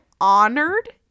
honored